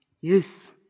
Yes